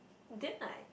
then like